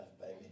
baby